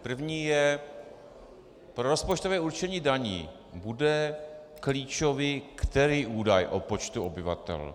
První: Pro rozpočtové určení daní bude klíčový který údaj o počtu obyvatel?